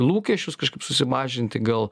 lūkesčius kažkaip susimažinti gal